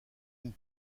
une